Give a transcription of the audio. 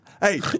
Hey